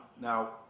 Now